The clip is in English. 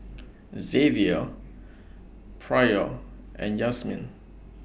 Zavier Pryor and Yazmin